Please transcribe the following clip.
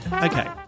Okay